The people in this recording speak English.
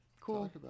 Cool